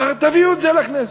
תביאו את זה לכנסת.